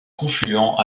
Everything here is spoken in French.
confluent